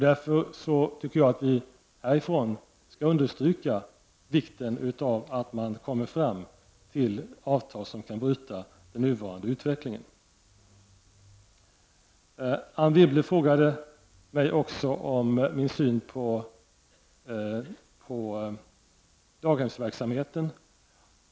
Därför tycker jag att vi härifrån skall understryka vikten av att man kommer fram till avtal som kan bryta den nuvarande utvecklingen. Anne Wibble frågade mig om min syn på daghemsverksamheten.